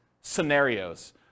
scenarios